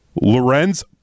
Lorenz